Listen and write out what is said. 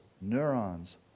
neurons